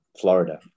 Florida